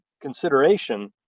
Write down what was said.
consideration